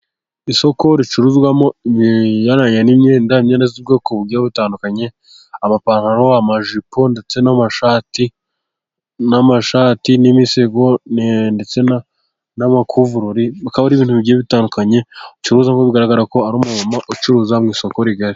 Isoko ricuruzwamo ibijyanye n'imyenda, imyenda y'ubwoko, bugiye butandukanye, amapantaro, amajipo, ndetse n'amashati, n'imisego, ndetse n'amakuvurori , bikaba ari ibntu bigiye bitandukanye bacuruzamo, bigaragara ko ari umuntu ucuruza mu isoko rigari.